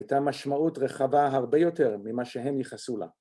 היתה משמעות רחבה הרבה יותר ‫ממה שהם ייחסו לה.